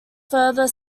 further